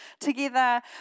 together